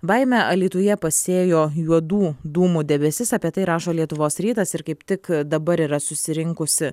baimę alytuje pasėjo juodų dūmų debesis apie tai rašo lietuvos rytas ir kaip tik dabar yra susirinkusi